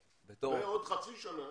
בעוד חצי שנה